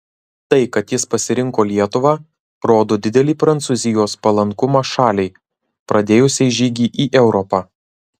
tai kad jis pasirinko lietuvą rodo didelį prancūzijos palankumą šaliai pradėjusiai žygį į europą